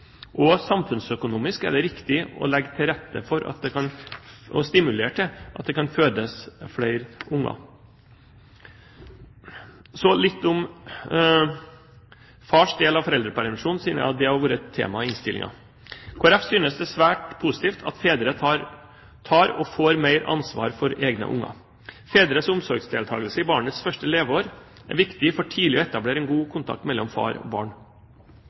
Og samfunnsøkonomisk er det viktig å legge til rette for og stimulere til at det kan fødes flere barn. Så litt om fars del av foreldrepermisjonen, siden det er blitt et tema i innstillingen. Kristelig Folkeparti synes det er svært positivt at fedre tar og får mer ansvar for egne barn. Fedres omsorgsdeltakelse i barnets første leveår er viktig for tidlig å etablere en god kontakt mellom far og barn.